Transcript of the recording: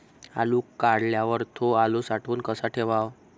आलू काढल्यावर थो आलू साठवून कसा ठेवाव?